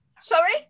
Sorry